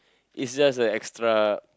it's just a extra